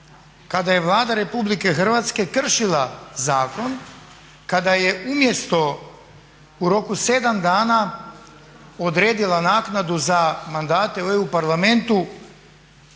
Kada je Vlada Republike Hrvatske kršila zakon, kada je umjesto u roku 7 dana odredila naknadu za mandate u EU parlamentu